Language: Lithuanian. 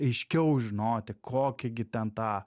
aiškiau žinoti kokį gi ten tą